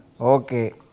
Okay